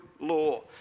law